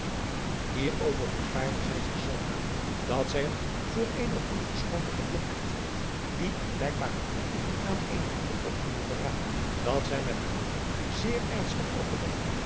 hierover bezwaarde zij zich zoodanig daar zij het voor eene onverschoonlijke lompheid hield die een blijkbaar gebrek aan eene goede opvoeding verraadde dat zij met haar man zeer ernstig overlegde